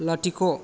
लाथिख'